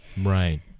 Right